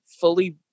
fully